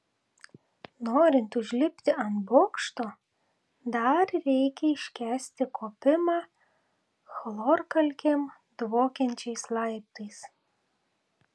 norint užlipti ant bokšto dar reikia iškęsti kopimą chlorkalkėm dvokiančiais laiptais